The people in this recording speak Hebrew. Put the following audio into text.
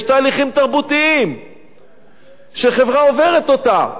יש תהליכים תרבותיים שחברה עוברת אותם.